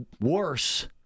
worse